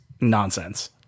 nonsense